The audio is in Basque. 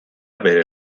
bere